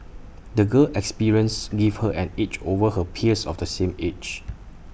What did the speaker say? the girl's experiences give her an edge over her peers of the same age